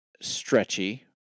stretchy